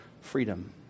freedom